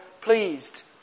pleased